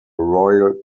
royal